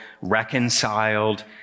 reconciled